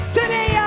today